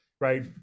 right